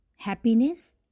happiness